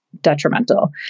detrimental